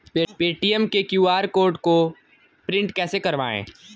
Paytm के QR code को print कैसे करवाएँ?